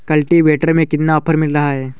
Cultivator में कितना offer मिल रहा है?